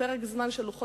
בלוחות